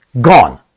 Gone